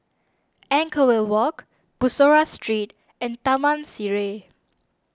Anchorvale Walk Bussorah Street and Taman Sireh